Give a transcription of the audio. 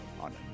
on